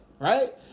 right